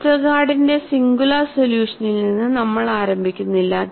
വെസ്റ്റർഗാർഡിന്റെ സിംഗുലാർ സൊല്യൂഷനിൽ നിന്ന് നമ്മൾ ആരംഭിക്കുന്നില്ല